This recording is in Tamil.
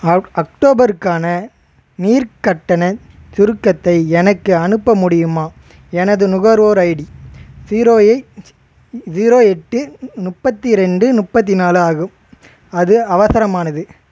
அக் அக்டோபருக்கான நீர் கட்டண சுருக்கத்தை எனக்கு அனுப்ப முடியுமா எனது நுகர்வோர் ஐடி ஜீரோ எயிட் ஜீரோ எட்டு முப்பத்தி ரெண்டு முப்பத்தி நாலு ஆகும் அது அவசரமானது